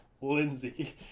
Lindsay